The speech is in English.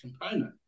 component